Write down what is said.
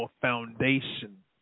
foundation